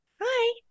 Hi